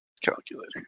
Calculator